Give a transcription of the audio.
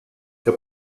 der